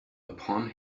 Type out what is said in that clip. upon